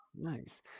Nice